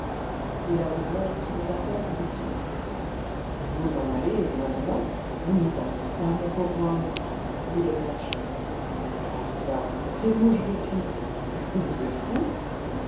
les laboureurs se regardèrent avec surprise vous en aller maintenant vous n'y pensez pas mon pauvre homme dit le père châtelain ah çà quelle mouche vous pique est-ce que vous êtes fou